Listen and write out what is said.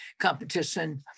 competition